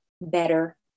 better